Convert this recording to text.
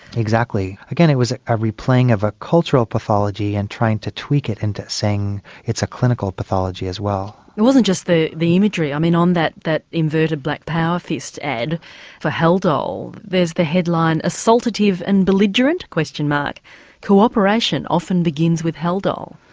exactly. again, it was a replaying of a cultural pathology and trying to tweak it into saying it's a clinical pathology as well. it wasn't just the the imagery, i mean on that that inverted black power fist ad for haldol there's the headline assaultative and belligerent? cooperation often begins with haldol'.